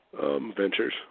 ventures